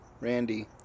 Randy